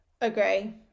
Agree